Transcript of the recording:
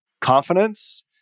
confidence